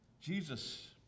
Jesus